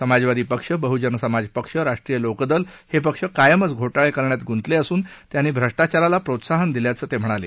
समाजवादी पक्ष बहूजन समाज पक्ष राष्ट्रीय लोक दल हे पक्ष कायमच घोटाळे करण्यात गुंतले असून त्यांनी भ्रष्टाचाराला प्रोत्साहन दिल्याचं ते म्हणाले